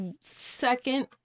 second